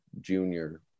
junior